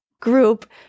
group